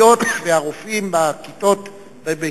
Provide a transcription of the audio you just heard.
האחיות והרופאים בכיתות,